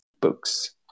books